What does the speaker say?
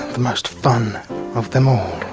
the most fun of them all.